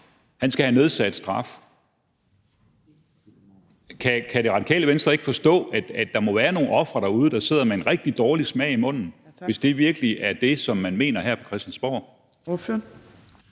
han skal have nedsat straf. Kan Det Radikale Venstre ikke forstå, at der må være nogle ofre derude, der sidder med en rigtig dårlig smag i munden, hvis det virkelig er det, som man mener her på Christiansborg?